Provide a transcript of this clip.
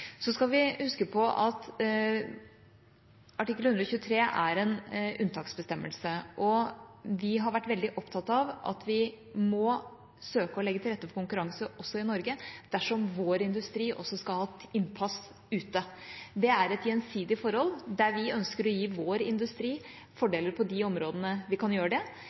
Så skal vi huske på at artikkel 123 er en unntaksbestemmelse. Vi har vært veldig opptatt av at vi må søke å legge til rette for konkurranse også i Norge, dersom vår industri skal ha innpass ute. Det er et gjensidig forhold, der vi ønsker å gi vår industri fordeler på de områdene vi kan gjøre det,